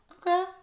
Okay